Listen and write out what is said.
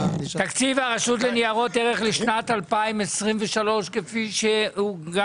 תקציב לניירות ערך לשנת 2023 כפי שהוצג